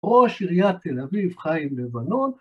ראש עיריית תל אביב חיים לבנון